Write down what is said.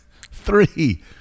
Three